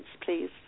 please